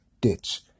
ditch